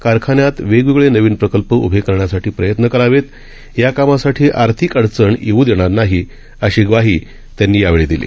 कारखान्यातवेगवेगळेनवीनप्रकल्पउभेकरण्यासाठीप्रयत्नकरावेत याकामासाठीआर्थिकअडचणयेऊदेणारनाही अशीग्वाहीत्यांनीयावेळीदिली